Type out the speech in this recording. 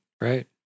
Right